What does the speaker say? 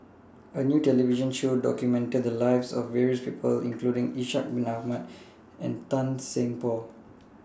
A New television Show documented The Lives of various People including Ishak Bin Ahmad and Tan Seng Poh